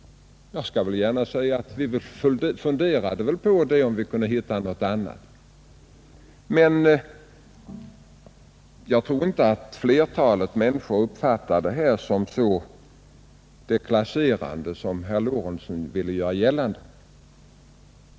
Vi har faktiskt funderat över om vi skulle kunna hitta någon annan benämning. Men jag tror inte att flertalet människor uppfattar benämningen stödområde som så deklasserande som herr Lorentzon ville göra gällande.